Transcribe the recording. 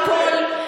כמה זמן?